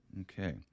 Okay